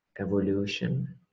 evolution